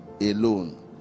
alone